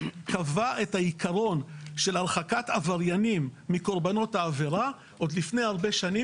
קבעה את העיקרון של הרחקת עבריינים מקורבנות העבירה עוד לפני הרבה שנים,